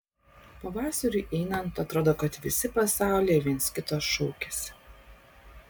pavasariui einant atrodo kad visi pasaulyje viens kito šaukiasi